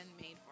made